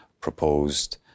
proposed